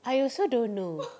I also don't know